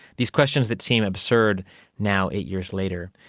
these questions that seem absurd now eight years later.